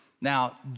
Now